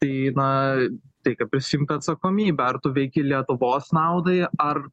tai na reikia prisiimt atsakomybę ar tu veiki lietuvos naudai ar